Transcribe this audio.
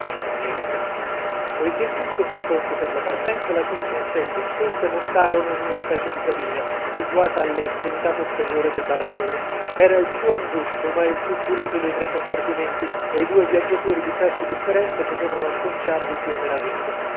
nei romanzi poichè tutto fa pronto per la partenza la contessa ed il visconte montarono in una specie di cabina situata alla estremità posteriore del baraccone era il più angusto ma il più pulito dei tre compartimenti e due viaggiatori di sesso differente potevano acconciarvisi a meraviglia